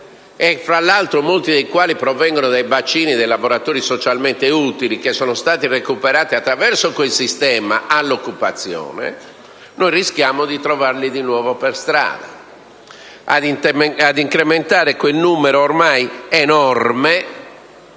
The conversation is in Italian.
nelle società *in house* provengono dai bacini dei lavoratori socialmente utili, che sono stati recuperati, attraverso quel sistema, all'occupazione. Ebbene, noi rischiamo di trovarli di nuovo per strada ad incrementare quel numero ormai enorme